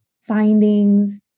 findings